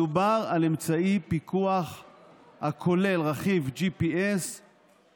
מדובר על אמצעי פיקוח הכולל רכיב GPS שבאמצעותו